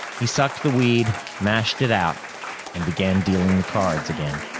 he sucked the weed, mashed it out and began dealing the cards again.